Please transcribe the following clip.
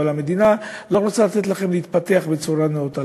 אבל המדינה לא רוצה לתת לכם להתפתח בצורה נאותה,